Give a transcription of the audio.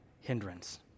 hindrance